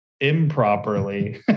improperly